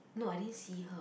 no I didn't see her